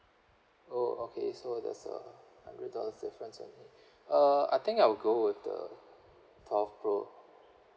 oh okay so that's a hundred dollars difference only uh I think I'll go with the twelve pro